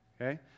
Okay